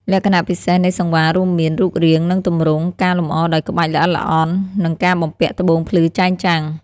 លក្ខណៈពិសេសនៃសង្វាររួមមាន រូបរាង និងទម្រង់ ការលម្អដោយក្បាច់ល្អិតល្អន់ និងការបំពាក់ត្បូងភ្លឺចែងចាំង។